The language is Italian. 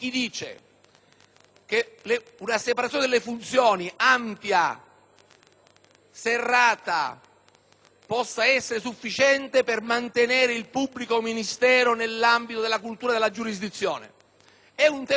ampia e serrata possa essere sufficiente per mantenere il pubblico ministero nell'ambito della cultura della giurisdizione costituiscono un tema aperto che consiglierei al Governo di affrontare con libertà di giudizio.